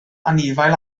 anifail